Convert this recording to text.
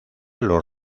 los